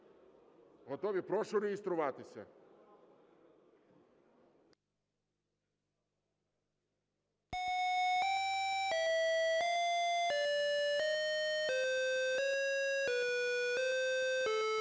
Готові? Прошу реєструватися.